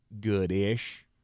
good-ish